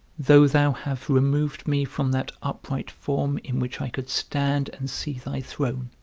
though thou have removed me from that upright form in which i could stand and see thy throne,